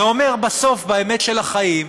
זה אומר בסוף, באמת של החיים,